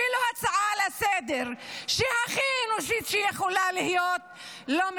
אפילו הצעה לסדר-יום הכי אנושית יכולה להתקבל.